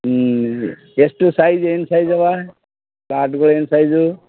ಹ್ಞೂ ಎಷ್ಟು ಸೈಜ್ ಏನು ಸೈಜ್ ಅವೆ ಪ್ಲಾಟ್ಗುಳೇನು ಸೈಜು